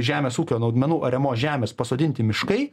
žemės ūkio naudmenų ariamos žemės pasodinti miškai